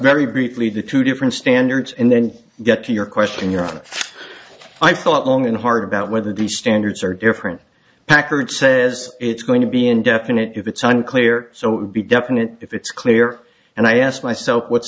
very briefly the two different standards and then get to your question your honor i thought long and hard about whether the standards are different packard says it's going to be indefinite if it's unclear so be definite if it's clear and i ask myself what's